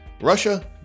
Russia